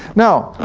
now,